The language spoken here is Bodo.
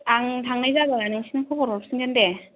आं थांनाय जाब्ला नोंसिनो खबर हरफिनगोन दे